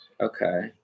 Okay